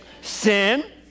sin